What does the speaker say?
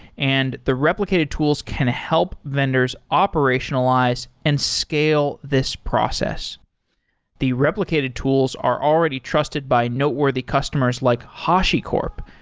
and the replicated tools can help vendors operationalize and scale this process the replicated tools are already trusted by noteworthy customers like hashicorp,